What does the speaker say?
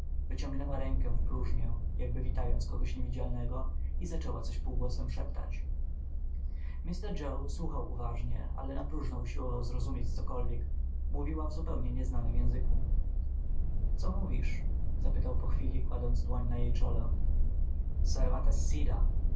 wyciągnęła rękę w próżnię jakby witając kogoś niewidzialnego i zaczęła coś półgłosem szeptać mr joe słuchał uważnie ale napróżno usiłował zrozumieć cokolwiek mówiła w zupełnie nieznanym języku co mówisz spytał po chwili kładąc dłoń na jej czole